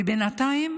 ובינתיים